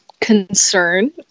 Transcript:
concern